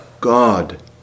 God